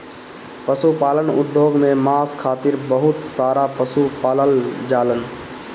पशुपालन उद्योग में मांस खातिर बहुत सारा पशु पालल जालन